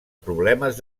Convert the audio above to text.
problemes